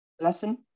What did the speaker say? lesson